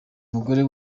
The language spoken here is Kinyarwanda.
umugore